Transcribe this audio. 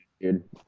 dude